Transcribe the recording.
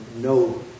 no